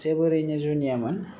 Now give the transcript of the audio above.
जोबोरैनो जुनियामोन